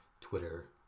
twitter